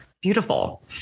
beautiful